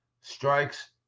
Strikes